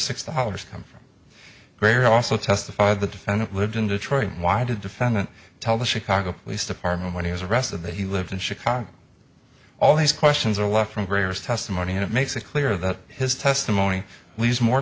six dollars come from very also testified the defendant lived in detroit why did defendant tell the chicago police department when he was arrested that he lived in chicago all these questions are left from various testimony and it makes it clear that his testimony leaves more